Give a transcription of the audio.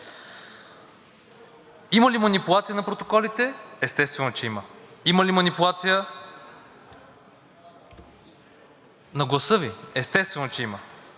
Има ли манипулация на протоколите? Естествено, че има. Има ли манипулация на гласа Ви? Естествено, че има.